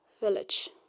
village